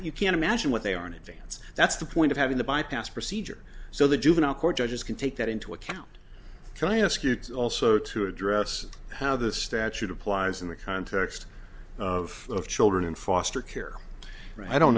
you can imagine what they are in advance that's the point of having the bypass procedure so the juvenile court judges can take that into account can i ask you also to address how the statute applies in the context of children in foster care i don't